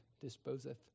disposeth